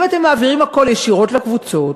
אם אתם מעבירים הכול ישירות לקבוצות,